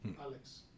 Alex